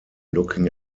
looking